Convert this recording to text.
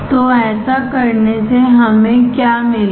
तो ऐसा करने से हमें क्या मिलेगा